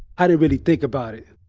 i didn't really think about it.